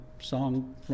song